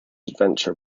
adventure